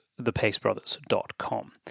thepacebrothers.com